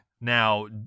Now